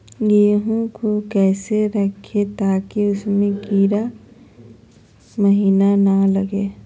गेंहू को कैसे रखे ताकि उसमे कीड़ा महिना लगे?